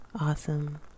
Awesome